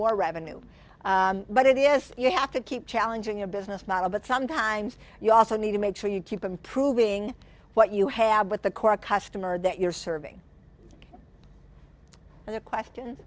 more revenue but it is you have to keep challenging your business model but sometimes you also need to make sure you keep improving what you have with the core customer that you're serving and the question